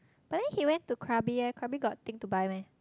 but then he went to Krabi leh Krabi got thing to buy meh